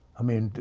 i mean,